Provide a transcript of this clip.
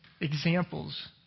examples